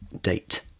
date